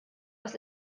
aus